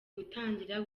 gutangira